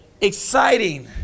Exciting